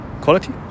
quality